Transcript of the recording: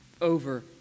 over